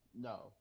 No